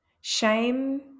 Shame